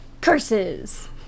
Curses